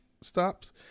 stops